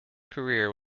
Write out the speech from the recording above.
career